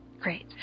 Great